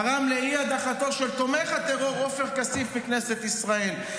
הוא תרם לאי-הדחתו של תומך הטרור עופר כסיף מכנסת ישראל,